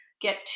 get